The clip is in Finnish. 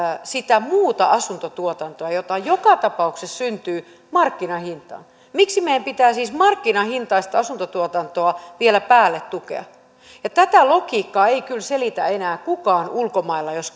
sitä muuta asuntotuotantoa jota joka tapauksessa syntyy markkinahintaan miksi meidän pitää siis markkinahintaista asuntotuotantoa vielä päälle tukea tätä logiikkaa ei kyllä selitä enää kukaan ulkomailla jos